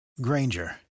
Granger